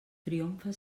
triomfa